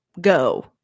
go